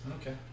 Okay